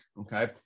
okay